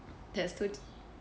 there's